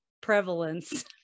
prevalence